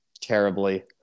terribly